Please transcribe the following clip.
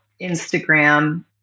Instagram